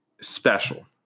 special